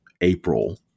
April